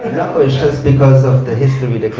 that was just because of the history